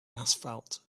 asphalt